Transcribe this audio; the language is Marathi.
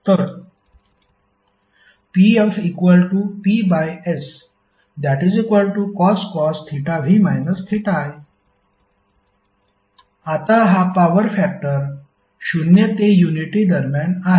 तर pfPScos v i आता हा पॉवर फॅक्टर 0 ते युनिटी दरम्यान आहे